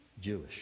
Jewish